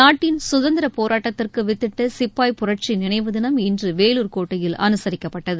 நாட்டின் சுதந்திரப் போராட்டத்திற்குவித்திட்டசிப்பாய் புரட்சிநினைவுதினம் இன்றுவேலூர் கோட்டையில் அனுசரிக்கப்பட்டது